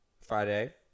Friday